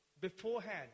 beforehand